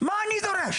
מה אני דורש?